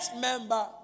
member